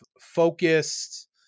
focused